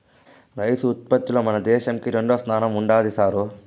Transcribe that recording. rice ఉత్పత్తిలో మన దేశంకి రెండోస్థానం ఉండాది సారూ